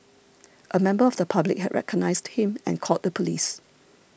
a member of the public had recognised him and called the police